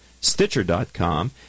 Stitcher.com